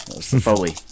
Foley